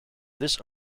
this